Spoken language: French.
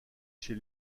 chez